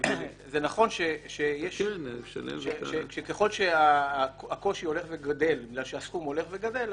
זה נכון שככל שהקושי הולך וגדל בגלל שהסכום הולך וגדל,